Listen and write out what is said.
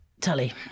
Tully